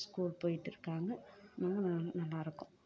school போய்விட்டு இருக்காங்க நாங்கள் நல்லா இருக்கோம்